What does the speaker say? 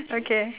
okay